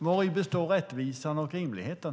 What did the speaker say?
Vari består rättvisan och rimligheten?